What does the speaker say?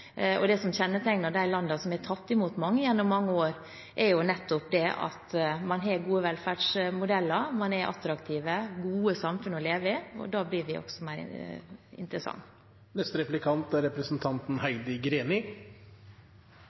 flere. Det som kjennetegner de landene som har tatt imot mange gjennom mange år, er at man har gode velferdsmodeller, man er attraktive, gode samfunn å leve i. Da blir en også mer interessant.